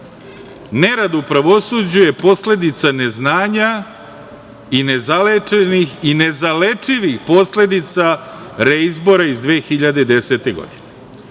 Nerad u pravosuđu je posledica neznanja i nezalečenih i nezalečivih posledica reizbora iz 2010. godine.